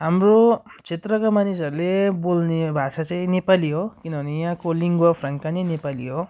हाम्रो क्षेत्रका मानिसहरूले बोल्ने भाषा चाहिँ नेपाली हो किनभने यहाँको लिङ्गुवा फ्राङ्का नै नेपाली हो